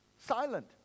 silent